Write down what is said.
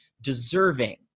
deserving